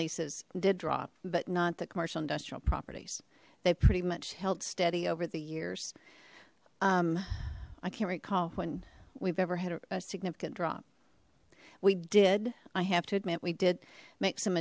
leases did drop but not the commercial industrial properties they pretty much held steady over the years i can't recall when we've ever had a significant drop we did i have to admit we did make some